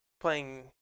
playing